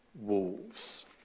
wolves